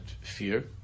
fear